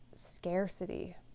scarcity